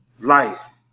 life